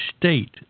state